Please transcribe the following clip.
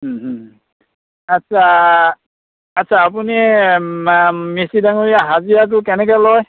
আচ্ছা আচ্ছা আপুনি মিস্ত্ৰী ডাঙৰীয়া হাজিৰাটো কেনেকৈ লয়